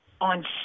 on